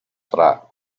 tra